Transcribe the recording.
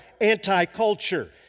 anti-culture